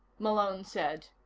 malone said.